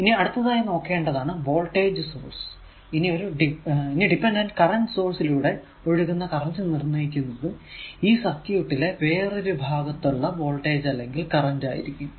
ഇനി അടുത്തതായി നോക്കേണ്ടതാണ് വോൾടേജ് സോഴ്സ് ഇനി ഒരു ഡിപെൻഡന്റ് കറന്റ് സോഴ്സ് ലൂടെ ഒഴുകുന്ന കറന്റ് നിർണയിക്കുന്നത് ഈ സർക്യൂട് ലെ വേറൊരു ഭാഗത്തുള്ള വോൾടേജ് അല്ലെങ്കിൽ കറന്റ് ആയിരിക്കും